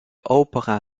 opera